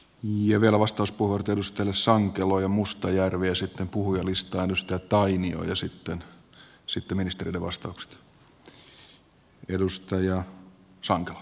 vielä vastauspuheenvuorot edustajille sankelo ja mustajärvi ja sitten puhujalistaan edustaja tainio ja sitten ministereiden vastaukset